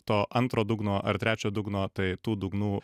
to antro dugno ar trečio dugno tai tų dugnų